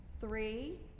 three